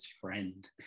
Friend